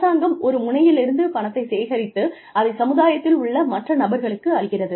அரசாங்கம் ஒரு முனையிலிருந்து பணத்தை சேகரித்து அதைச் சமுதாயத்தில் உள்ள மற்ற நபர்களுக்கு அளிக்கிறது